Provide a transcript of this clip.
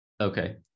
okay